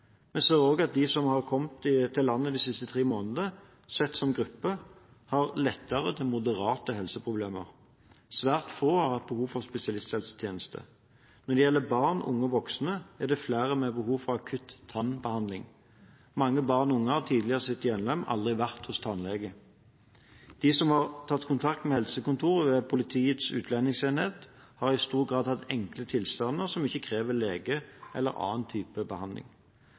Vi ser også at de som har kommet til landet de siste tre månedene, sett som gruppe, har lettere til moderate helseproblemer. Svært få har hatt behov for spesialisthelsetjenester. Når det gjelder barn, unge og voksne, er det flere med behov for akutt tannbehandling. Mange barn og unge har tidligere i sitt hjemland aldri vært hos tannlegen. De som har tatt kontakt med helsekontoret ved Politiets utlendingsenhet, har i stor grad hatt enkle tilstander som ikke krever lege eller annen type behandling.